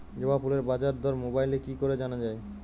জবা ফুলের বাজার দর মোবাইলে কি করে জানা যায়?